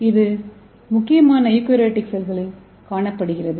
இது முக்கியமாக யூகாரியோடிக் செல்களில் காணப்படுகிறது